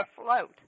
afloat